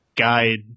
guide